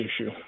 issue